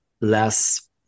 less